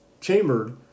chambered